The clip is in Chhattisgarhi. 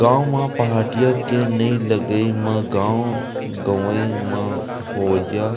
गाँव म पहाटिया के नइ लगई म गाँव गंवई म होवइया